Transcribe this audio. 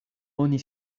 oni